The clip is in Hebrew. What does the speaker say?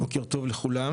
בוקר טוב לכולם.